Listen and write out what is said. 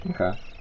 Okay